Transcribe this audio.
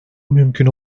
mümkün